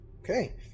Okay